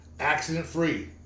Accident-free